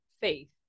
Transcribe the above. faith